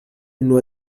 loi